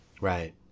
Right